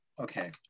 Okay